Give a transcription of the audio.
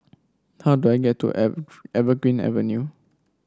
how do I get to Evergreen Avenue